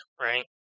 right